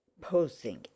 Posing